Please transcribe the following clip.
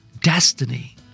destiny